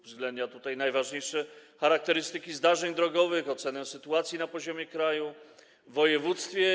Uwzględnia najważniejsze charakterystyki zdarzeń drogowych, ocenę sytuacji na poziomie kraju i województw.